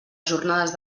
jornades